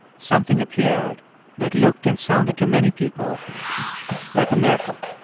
something appeared that looked and sounded to many people like a miracle